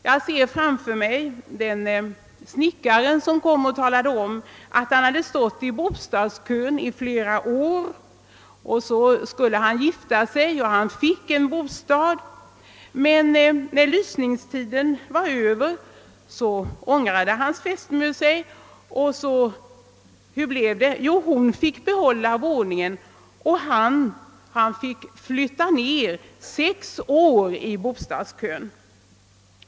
Jag ser framför mig den snickare som kom och talade om att han hade stått i bostadskön i flera år. Så skulle han gifta sig. Han fick en bostad, men när lysningstiden var Över ångrade hans fästmö sig. Hur blev det? Jo, hon fick behålla våningen och han fick flytta ner sex år i bostadskön.